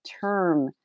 term